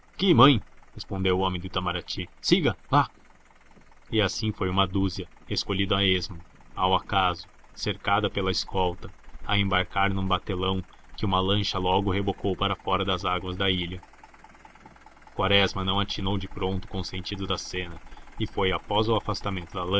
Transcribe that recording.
que mãe respondeu o homem do itamarati siga vá e assim foi uma dúzia escolhida a esmo ao acaso cercada pela escolta a embarcar num batelão que uma lancha logo rebocou para fora das águas da ilha quaresma não atinou de pronto com o sentido da cena e foi após o afastamento da